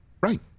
Right